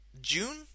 June